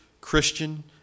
Christian